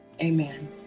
Amen